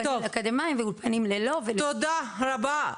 גבירתי היושבת-ראש,